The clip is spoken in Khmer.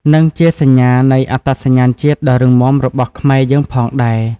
និងជាសញ្ញានៃអត្តសញ្ញាណជាតិដ៏រឹងមាំរបស់ខ្មែរយើងផងដែរ។